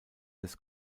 des